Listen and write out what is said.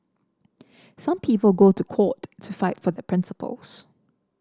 some people go to court to fight for their principles